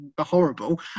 horrible